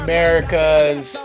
America's